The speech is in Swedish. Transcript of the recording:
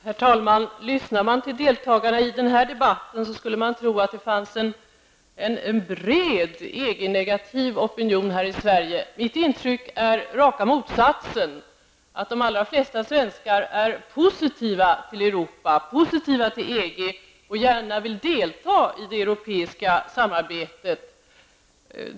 Herr talman! Lyssnar man till deltagarna i denna debatt skulle man kunna tro att det finns en bred EG-negativ opinion här i Sverige. Mitt intryck är raka motsatsen. De allra flesta svenskar är positiva till Europa och EG och vill gärna delta i det europeiska samarbetet.